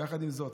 יחד עם זאת,